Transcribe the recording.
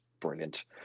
brilliant